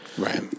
Right